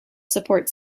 support